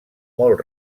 molt